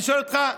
אני שואל אותך,